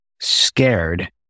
scared